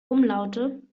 umlaute